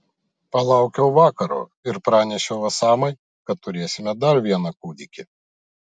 palaukiau vakaro ir pranešiau osamai kad turėsime dar vieną kūdikį